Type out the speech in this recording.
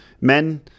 men